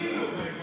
אפילו בגין